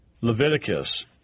Leviticus